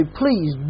please